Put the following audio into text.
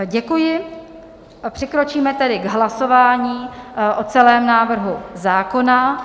Děkuji a přikročíme tedy k hlasování o celém návrhu zákona.